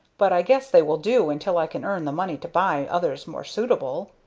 but i guess they will do until i can earn the money to buy others more suitable.